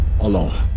alone